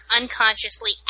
unconsciously